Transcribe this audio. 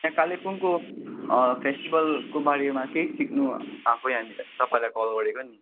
यहाँ कालेबुङको फेस्टिभलको बारेमा केही सिक्नु आएको यहाँनिर तपाईँलाई कल गरेको नि